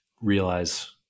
realize